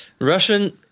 Russian